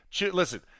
Listen